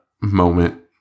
moment